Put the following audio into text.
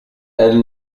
elle